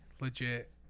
legit